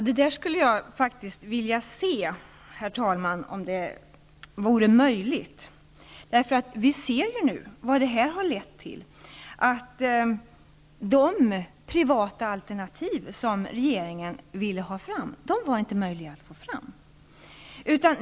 Herr talman! Jag skulle faktiskt vilja se om detta vore möjligt. Vi ser ju nu vad det här har lett till. De privata alternativ som regeringen ville få fram kunde inte tas fram.